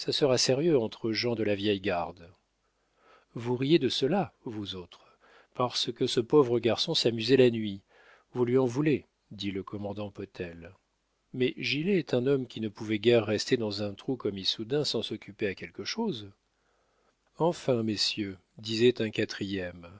sera sérieux entre gens de la vieille garde vous riez de cela vous autres parce que ce pauvre garçon s'amusait la nuit vous lui en voulez dit le commandant potel mais gilet est un homme qui ne pouvait guère rester dans un trou comme issoudun sans s'occuper à quelque chose enfin messieurs disait un quatrième